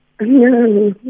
No